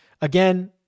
Again